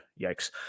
yikes